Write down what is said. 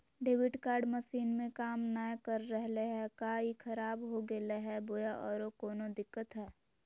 Debit card machine में काम नाय कर रहले है, का ई खराब हो गेलै है बोया औरों कोनो दिक्कत है?